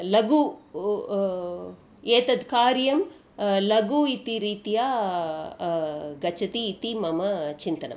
लघु एतद् कार्यं लघु इति रीत्या गच्छति इति मम चिन्तनम्